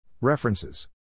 References